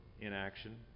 inaction